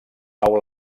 nou